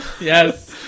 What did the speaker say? Yes